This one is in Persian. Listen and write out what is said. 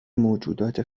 موجودات